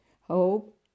hope